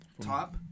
top